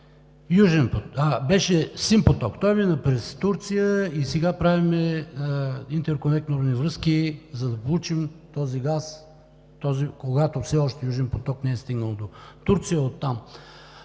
въпрос беше „Син поток“. Той мина през Турция. Сега правим интерконекторни връзки, за да получим този газ, когато все още „Южен поток“ не е стигнал до Турция.